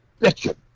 bitch